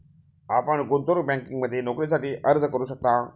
आपण गुंतवणूक बँकिंगमध्ये नोकरीसाठी अर्ज करू शकता